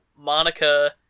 Monica